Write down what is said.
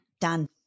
Done